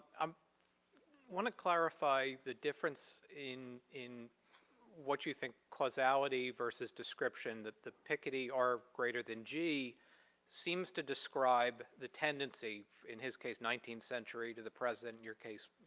um wanna clarify the difference in in what you think causality versus description. that the picca-dee r greater than g seems to describe the tendency in his case nineteenth century to the present. in your case,